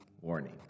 Warning